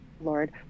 Lord